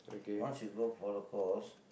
once you go for the course